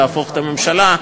להפוך את הממשלה.